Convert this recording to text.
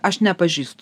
aš nepažįst